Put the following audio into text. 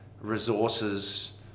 resources